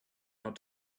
not